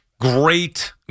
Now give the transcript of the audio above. Great